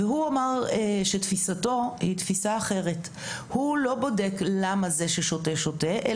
הוא אמר שתפיסתו היא תפיסה אחרת: הוא לא בודק למה זה ששותה שותה,